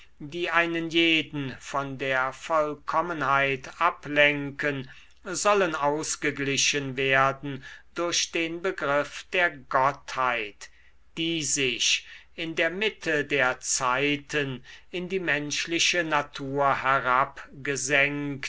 die einen jeden von der vollkommenheit ablenken sollen ausgeglichen werden durch den begriff der gottheit die sich in der mitte der zeiten in die menschliche natur